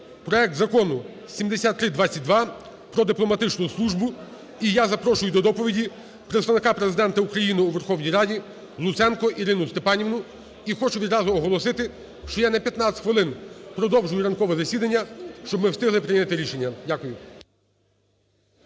проект Закону 7322 "Про дипломатичну службу". І я запрошую до доповіді Представника Президента України у Верховній Раді Луценко Ірину Степанівну. І хочу відразу оголосити, що я на 15 хвилин продовжую ранкове засідання, щоб ми встигли прийняти рішення. Дякую.